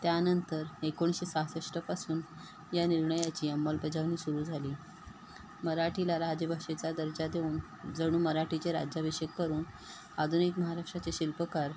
त्यानंतर एकोणीसशे सहासष्टपासून या निर्णयाची अंमलबजावनी सुरू झाली मराठीला राजभाषेचा दर्जा देऊन जणू मराठीचे राज्याविषेक करून आधुनिक महाराष्ट्राचे शिल्पकार